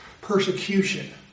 persecution